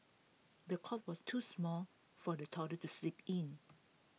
the cot was too small for the toddler to sleep in